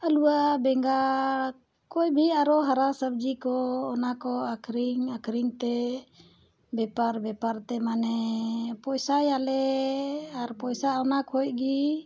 ᱟᱞᱩᱣᱟ ᱵᱮᱸᱜᱟᱲ ᱠᱚᱭᱵᱷᱤ ᱟᱨᱚ ᱦᱟᱨᱟ ᱥᱚᱵᱽᱡᱤ ᱠᱚ ᱚᱱᱟᱠᱚ ᱟᱠᱷᱟᱨᱤᱧ ᱟᱠᱷᱟᱨᱤᱧᱛᱮ ᱵᱮᱯᱟᱨ ᱵᱮᱯᱟᱨᱛᱮ ᱢᱟᱱᱮ ᱯᱚᱭᱥᱟᱭᱟᱞᱮ ᱟᱨ ᱯᱚᱭᱥᱟ ᱚᱱᱟ ᱠᱷᱚᱱ ᱜᱮ